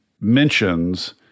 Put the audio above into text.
mentions